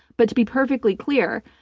but to be perfectly clear,